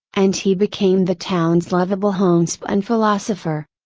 and he became the town's lovable homespun philosopher.